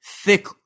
thick